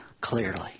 clearly